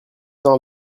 temps